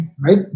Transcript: Right